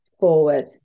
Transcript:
forward